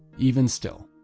even still,